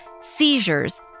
seizures